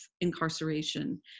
incarceration